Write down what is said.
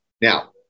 Now